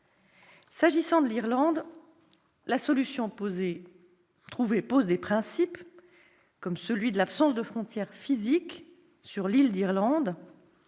S'agissant de l'Irlande, la solution trouvée pose des principes, comme l'absence de frontière physique sur l'île d'Irlande